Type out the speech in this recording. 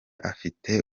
afite